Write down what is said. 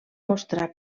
mostrar